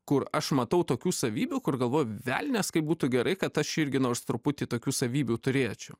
kur aš matau tokių savybių kur galvoju velnias kaip būtų gerai kad aš irgi nors truputį tokių savybių turėčiau